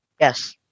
Yes